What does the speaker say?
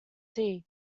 tea